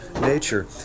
nature